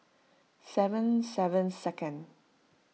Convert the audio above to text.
seven seven second